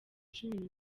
cumi